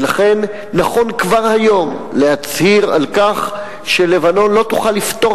ולכן נכון כבר היום להצהיר על כך שלבנון לא תוכל לפטור